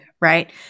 right